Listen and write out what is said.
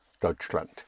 Deutschland